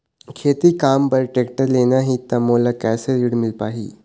खेती काम बर टेक्टर लेना ही त मोला कैसे ऋण मिल पाही?